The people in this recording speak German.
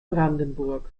brandenburg